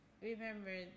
remember